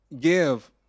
give